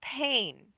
pain